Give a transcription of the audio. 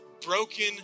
broken